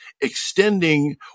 extending